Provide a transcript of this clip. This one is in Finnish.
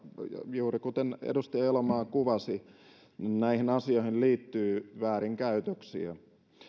juuri kuten edustaja elomaa kuvasi näihin asioihin liittyy väärinkäytöksiä